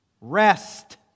Rest